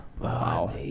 Wow